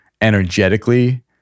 energetically